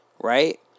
right